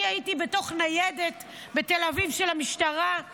אני הייתי בתוך ניידת של המשטרה בתל אביב.